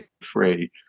free